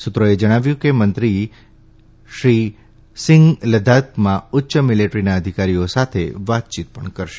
સુત્રોએ જણાવ્યું કે મંત્રી શ્રી લદ્દાખમાં ઉચ્ય મિલેદ્રીના અધિકારીઓ સાથે વાતચીત કરશે